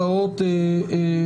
בעיני,